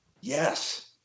Yes